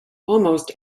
almost